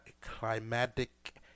climatic